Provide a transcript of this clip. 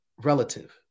relative